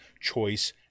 choice